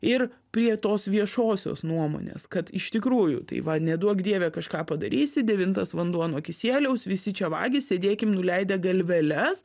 ir prie tos viešosios nuomonės kad iš tikrųjų tai va neduok dieve kažką padarysi devintas vanduo nuo kisieliaus visi čia vagys sėdėkim nuleidę galveles